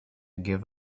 give